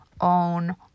own